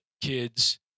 kids